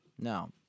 No